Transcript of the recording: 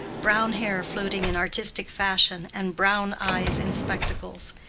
brown hair floating in artistic fashion and brown eyes in spectacles.